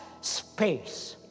space